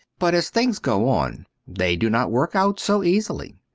but as things go on they do not work out so easily.